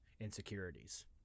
insecurities